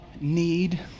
need